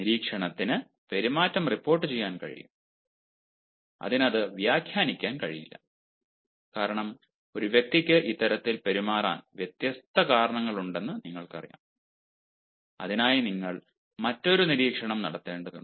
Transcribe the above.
നിരീക്ഷണത്തിന് പെരുമാറ്റം റിപ്പോർട്ടുചെയ്യാൻ കഴിയും അതിന് അത് വ്യാഖ്യാനിക്കാൻ കഴിയില്ല കാരണം ഒരു വ്യക്തിക്ക് ഇത്തരത്തിൽ പെരുമാറാൻ വ്യത്യസ്ത കാരണങ്ങളുണ്ടെന്ന് നിങ്ങൾക്കറിയാം അതിനായി നിങ്ങൾ മറ്റൊരു നിരീക്ഷണം നടത്തേണ്ടതുണ്ട്